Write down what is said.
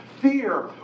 fear